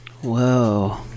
whoa